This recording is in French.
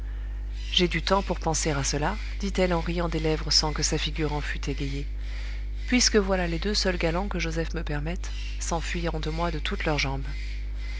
j'ai du temps pour penser à cela dit-elle en riant des lèvres sans que sa figure en fût égayée puisque voilà les deux seuls galants que joseph me permette s'enfuyant de moi de toutes leurs jambes